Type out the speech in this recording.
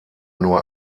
nur